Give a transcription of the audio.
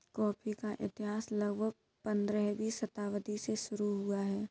coffee का इतिहास लगभग पंद्रहवीं शताब्दी से शुरू हुआ है